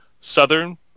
southern